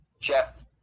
Jeff